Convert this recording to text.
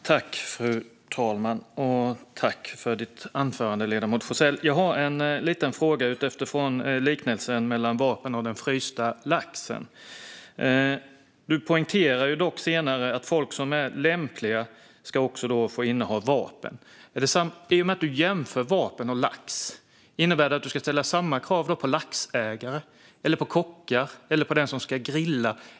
Fru talman! Tack, ledamoten Forssell, för ditt anförande! Jag har en liten fråga utifrån den liknelse du gör mellan vapen och en fryst lax. Du poängterar dock senare att folk som är lämpliga också ska få inneha vapen. I och med att du jämför vapen med lax undrar jag om du tycker att det ska ställas samma krav på laxägare, på kockar eller på den som ska grilla.